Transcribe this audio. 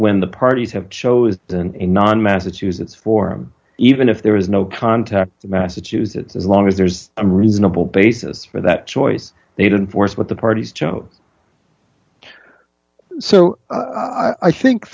when the parties have shows and in non massachusetts form even if there is no contact massachusetts as long as there's a reasonable basis for that choice they don't force what the parties joe so i think